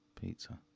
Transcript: pizza